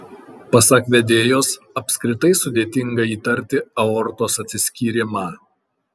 pasak vedėjos apskritai sudėtinga įtarti aortos atsiskyrimą